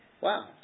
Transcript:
wow